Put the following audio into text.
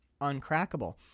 uncrackable